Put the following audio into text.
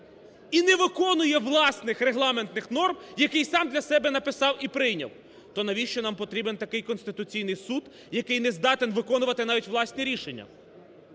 і не виконує власних регламентних норм, який сам для себе написав і прийняв. То навіщо нам потрібен такий Конституційний Суд, який не здатен виконувати навіть власні рішення?